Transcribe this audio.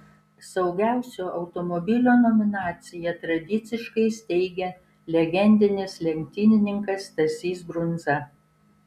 saugiausio automobilio nominaciją tradiciškai steigia legendinis lenktynininkas stasys brundza